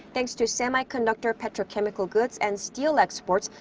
thanks to semiconductor, petrochemical goods and steel exports,